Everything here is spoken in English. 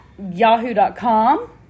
yahoo.com